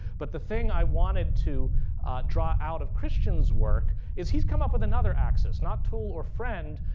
but the thing i wanted to draw out of christian's work is he's come up with another axis. not tool or friend,